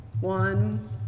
One